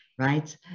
Right